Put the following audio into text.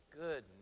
Good